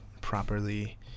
properly